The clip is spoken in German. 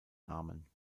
namen